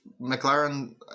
McLaren